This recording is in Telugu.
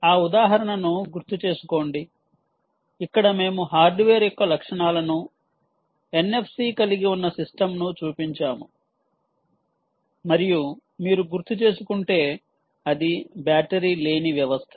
ఆ ఉదాహరణను గుర్తుచేసుకోండి ఇక్కడ మేము హార్డ్వేర్ యొక్క లక్షణాలను ఎన్ఎఫ్సి కలిగి ఉన్న సిస్టమ్ను చూపించాము మరియు మీరు గుర్తుచేసుకుంటే అది బ్యాటరీ లేని వ్యవస్థ